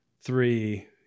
three